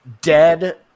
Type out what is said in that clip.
dead